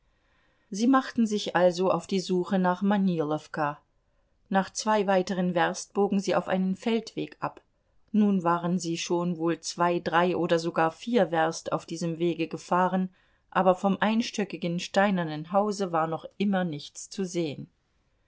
sie machten sich also auf die suche nach manilowka nach zwei weiteren werst bogen sie auf einen feldweg ab nun waren sie schon wohl zwei drei oder sogar vier werst auf diesem wege gefahren aber vom einstöckigen steinernen hause war noch immer nichts zu sehen